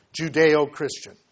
Judeo-Christian